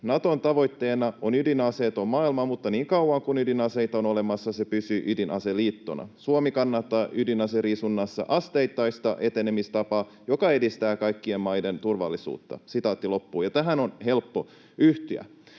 ”Naton tavoitteena on ydinaseeton maailma, mutta niin kauan kuin ydinaseita on olemassa, se pysyy ydinaseliittona. Suomi kannattaa ydinaseriisunnassa asteittaista etenemistapaa, joka edistää kaikkien maiden turvallisuutta.” Tähän on helppo yhtyä.